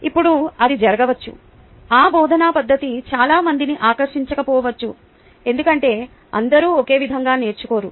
ఇప్పుడు అది జరగవచ్చు ఆ బోధనా పద్ధతి చాలా మందిని ఆకర్షించకపోవచ్చు ఎందుకంటే అందరూ ఒకే విధంగా నేర్చుకోరు